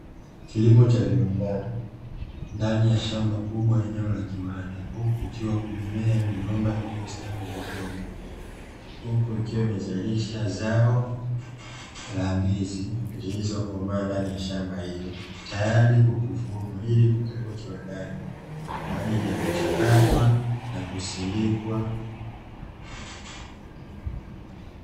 Kilimo cha viwandani ndani ya shamba kubwa eneo la kiwanda huku kukiwa kumemea migomba iliyostawi vizuri, huku ikiwa imezalisha zao la ndizi zilizokomaa ndani ya shamba hilo, tayari kwa kuvunwa ili kupelekwa kiwandani kwa ajili ya kuchakatwa na kusindikwa.